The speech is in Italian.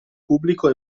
pubblico